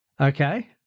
Okay